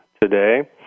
today